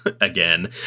again